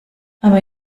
aber